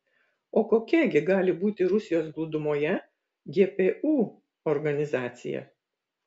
o kokia gi gali būti rusijos glūdumoje gpu organizacija